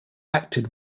acted